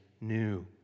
new